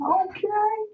okay